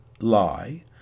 lie